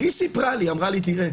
והיא סיפרה לי אמרה לי תראה,